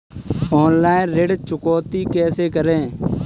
Online ऋण चुकौती कैसे करें?